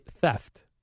theft